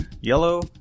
yellow